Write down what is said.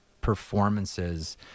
performances